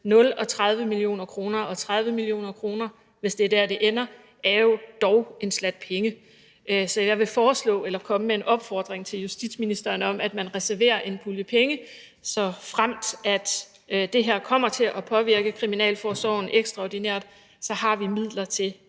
0 og 30 mio. kr., og 30 mio. kr. – hvis det er der, det ender – er jo dog en slat penge. Så jeg vil komme med en opfordring til justitsministeren om, at man reserverer en pulje penge, sådan at hvis det her kommer til at påvirke kriminalforsorgen ekstraordinært, så har vi midler til